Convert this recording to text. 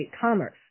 commerce